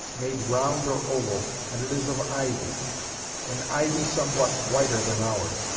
made round or oval, and it is of ivy an ivy somewhat whiter than ours,